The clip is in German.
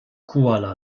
kuala